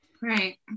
Right